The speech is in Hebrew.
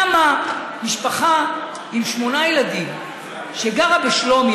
למה משפחה עם שמונה ילדים שגרה בשלומי,